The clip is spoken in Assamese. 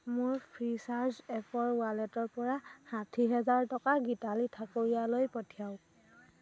মোৰ ফ্ৰীচাৰ্জ এপৰ ৱালেটৰ পৰা ষাঠি হেজাৰ টকা গীতালি ঠাকুৰীয়ালৈ পঠিয়াওক